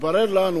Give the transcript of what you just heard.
התברר לנו